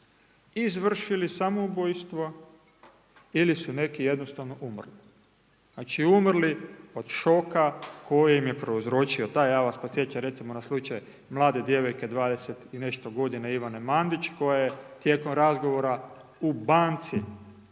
izvršili samoubojstvo ili su neki jednostavno umrli. Znači umrli od šoka koji im je prouzročio taj, ja vas podsjećam recimo na slučaj mlade djevojke, 20 i nešto godina, Ivane Mandić, koja je tijekom razgovora u banci